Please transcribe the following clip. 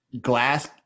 glass